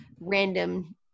random